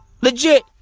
Legit